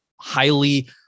highly